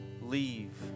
leave